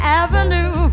avenue